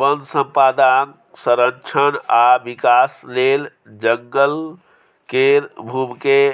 वन संपदाक संरक्षण आ विकास लेल जंगल केर भूमिकेँ